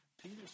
Peter